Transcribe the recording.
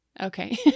Okay